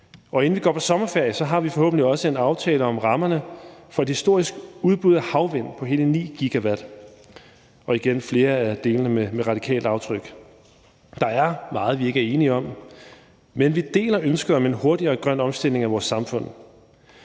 og inden vi går på sommerferie, har vi forhåbentlig også en aftale om rammerne for et historisk udbud af havvind på hele 9 GW, og igen er flere af delene med et radikalt aftryk. Der er meget, vi ikke er enige om, men vi deler ønsket om en hurtigere grøn omstilling af vores samfund,